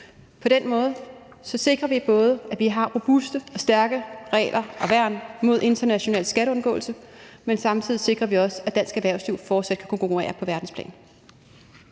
På den måde sikrer vi både, at vi har robuste og stærke regler og værn mod international skatteundgåelse, men samtidig sikrer vi også, at dansk erhvervsliv fortsat kan konkurrere på verdensplan.